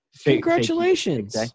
Congratulations